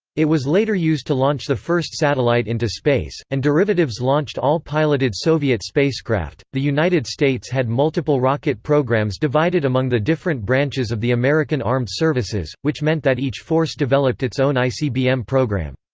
it was later used to launch the first satellite into space, and derivatives launched all piloted soviet spacecraft the united states had multiple rocket programs divided among the different branches of the american armed services, which meant that each force developed its own icbm program.